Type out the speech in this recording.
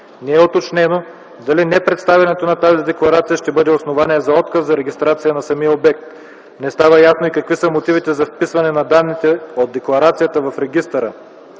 Не е уточнено дали непредставянето на тази декларация ще бъде основание за отказ за регистрация на обекта. Не става ясно и какви са мотивите за вписване на данните от декларацията в регистъра,